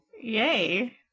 Yay